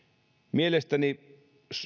mielestäni